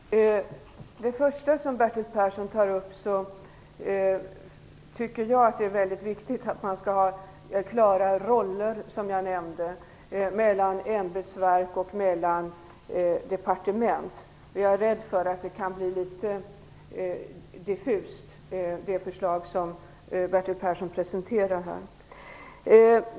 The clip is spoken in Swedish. Herr talman! När det gäller det som Bertil Persson tog upp först, tycker jag att det är väldigt viktigt att man skall ha klara roller, som jag nämnde, mellan ämbetsverk och departement. Jag är rädd för att det kan bli litet diffust med det förslag som Bertil Persson presenterade.